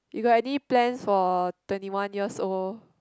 you got any plans for twenty one years old